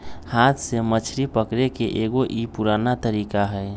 हाथ से मछरी पकड़े के एगो ई पुरान तरीका हई